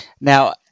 now